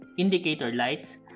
indicator lights.